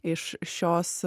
iš šios